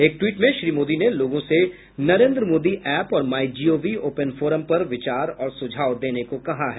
एक ट्वीट में श्री मोदी ने लोगों से नरेन्द्र मोदी ऐप और माई जीओवी ओपन फोरम पर विचार और सुझाव देने को कहा है